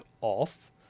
off